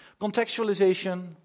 Contextualization